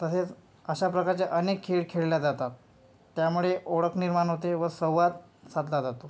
तसेच अशा प्रकारच्या अनेक खेळ खेळल्या जातात त्यामुळे ओळख निर्माण होते व संवाद साधला जातो